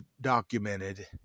documented